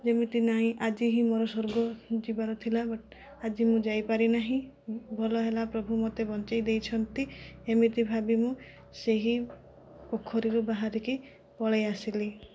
ଯେମିତି ନାହିଁ ଆଜି ହିଁ ମୋର ସ୍ଵର୍ଗକୁ ଯିବାର ଥିଲା ବଟ୍ ଆଜି ମୁଁ ଯାଇପାରି ନାହିଁ ଭଲ ହେଲା ପ୍ରଭୁ ମୋତେ ବଞ୍ଚାଇ ଦେଇଛନ୍ତି ଏମିତି ଭାବି ମୁଁ ସେହି ପୋଖରୀରୁ ବାହାରିକି ପଳାଇ ଆସିଲି